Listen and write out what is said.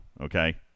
Okay